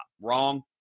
wrong